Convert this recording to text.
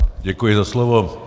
Děkuji za slovo.